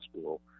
School